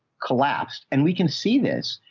collapsed. and we can see this.